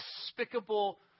despicable